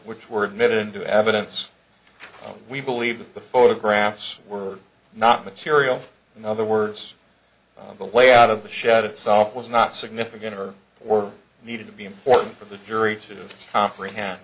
which were admitted into evidence we believe that the photographs were not material in other words the layout of the shot itself was not significant or were needed to be important for the jury to comprehend